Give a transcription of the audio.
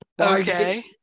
Okay